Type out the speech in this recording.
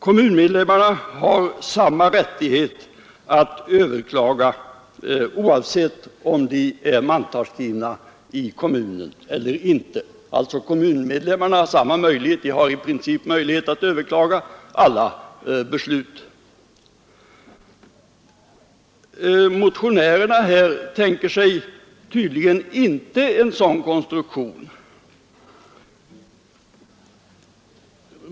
Kommunmedlemmarna har samma rättighet att överklaga oavsett om de är mantalsskrivna i kommunen eller inte. De har alltså i princip möjlighet att överklaga alla beslut. Motionärerna tänker sig tydligen inte en sådan konstruktion.